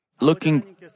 looking